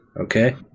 okay